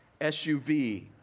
SUV